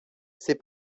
ces